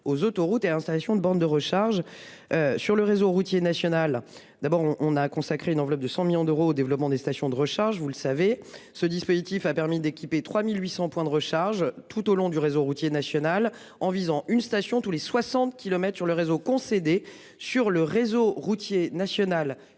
aux autoroutes et installation de bornes de recharge. Sur le réseau routier national. D'abord on on a à consacrer une enveloppe de 100 millions d'euros au développement des stations de recharge, vous le savez. Ce dispositif a permis d'équiper 3800 points de recharge tout au long du réseau routier national en visant une station tous les 60 kilomètres sur le réseau concédé sur le réseau routier national